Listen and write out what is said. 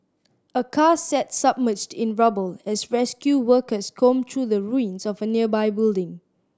a car sat submerged in rubble as rescue workers combed through the ruins of a nearby building